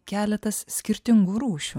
keletas skirtingų rūšių